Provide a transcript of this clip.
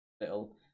little